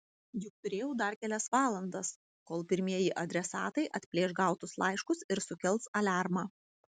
juk turėjau dar kelias valandas kol pirmieji adresatai atplėš gautus laiškus ir sukels aliarmą